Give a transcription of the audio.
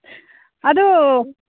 ꯑꯗꯨ